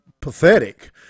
Pathetic